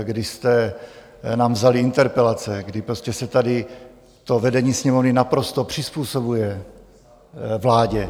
Kdy jste nám vzali interpelace, kdy prostě se tady to vedení Sněmovny naprosto přizpůsobuje vládě.